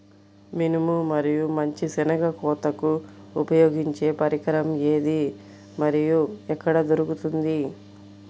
మినుము మరియు మంచి శెనగ కోతకు ఉపయోగించే పరికరం ఏది మరియు ఎక్కడ దొరుకుతుంది?